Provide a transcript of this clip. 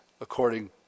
according